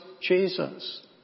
Jesus